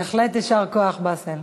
בהחלט, יישר כוח, באסל.